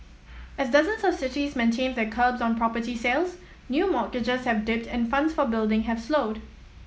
as dozens of cities maintain their curbs on property sales new mortgages have dipped and funds for building have slowed